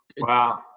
Wow